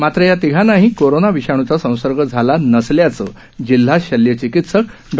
मात्र या तिघांनाही कोरोना विषाणूचा संसर्ग झाला नसल्याचं जिल्हा शल्य चिकित्सक डॉ